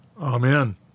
Amen